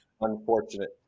unfortunate